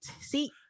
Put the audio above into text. see